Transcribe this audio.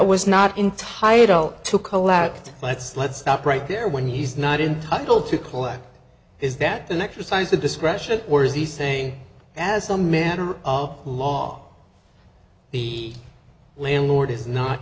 was not entitle to collect let's let's stop right there when he's not entitled to collect is that an exercise of discretion or is he saying as the manner of law the landlord is not